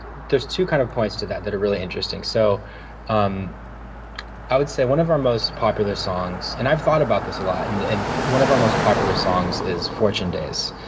two kind of points to that that are really interesting. so um i would say one of our most popular songs, and i've thought about this a lot, and and one of our most popular songs is fortune days.